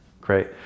Great